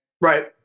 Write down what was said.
Right